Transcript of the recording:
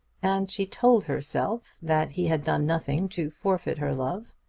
and she told herself that he had done nothing to forfeit her love.